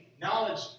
knowledge